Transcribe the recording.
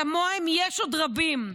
כמוהם יש עוד רבים.